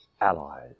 allies